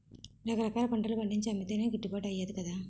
రకరకాల పంటలు పండించి అమ్మితేనే గిట్టుబాటు అయ్యేది కదా